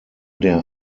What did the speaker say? der